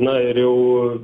na ir jau